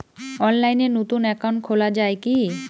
অনলাইনে নতুন একাউন্ট খোলা য়ায় কি?